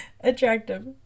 attractive